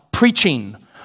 Preaching